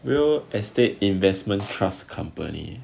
real estate investment trust company